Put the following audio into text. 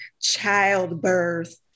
childbirth